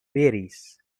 varies